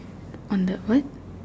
on the what